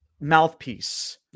mouthpiece